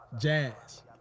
Jazz